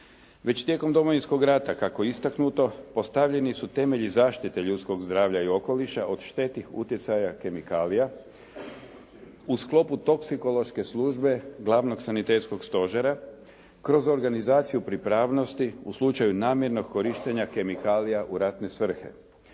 Već tijekom Domovinskog rata kako je istaknuto postavljeni su temelji zaštite ljudskog zdravlja i okoliša od štetnih utjecaja kemikalija. U sklopu toksikološke službe glavnog sanitetskog stožera, kroz organizaciju pripravnosti u slučaju namjernog korištenja kemikalija u ratne svrhe.